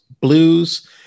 Blues